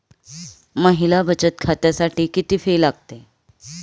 महिला बचत खात्यासाठी किती फी लागते?